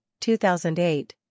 2008